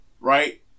right